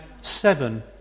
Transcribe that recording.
seven